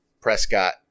Prescott